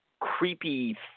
creepy